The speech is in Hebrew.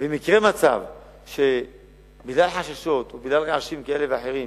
אם יקרה מצב שבגלל חששות או בגלל רעשים כאלה ואחרים